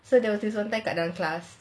so there was this one time kat dalam class